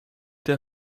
der